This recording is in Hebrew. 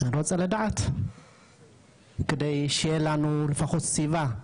אני רוצה לדעת כדי שיהיה לנו לפחות סיבה,